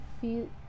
feel